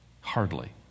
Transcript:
Hardly